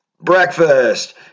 Breakfast